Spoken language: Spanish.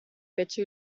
pecho